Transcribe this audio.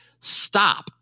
stop